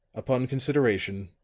upon consideration,